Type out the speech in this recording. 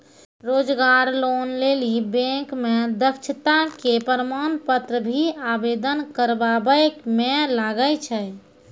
रोजगार लोन लेली बैंक मे दक्षता के प्रमाण पत्र भी आवेदन करबाबै मे लागै छै?